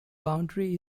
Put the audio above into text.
boundary